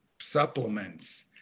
supplements